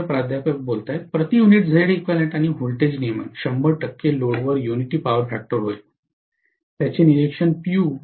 प्राध्यापक प्रति unit Zeq आणि व्होल्टेज नियमन 100 टक्के लोडवर युनिटी पॉवर फॅक्टर होय त्याचे निरीक्षण पी